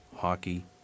hockey